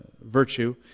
virtue